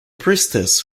priestess